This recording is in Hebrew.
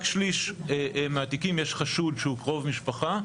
ב33% מהמקרים יש חשוד שהוא קרוב משפחה,